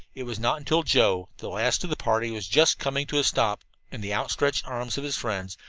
it was not until joe, the last of the party, was just coming to a stop in the outstretched arms of his friends,